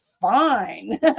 fine